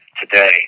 today